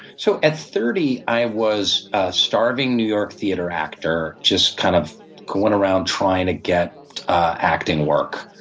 so at thirty i was a starving new york theater actor, just kind of going around trying to get acting work.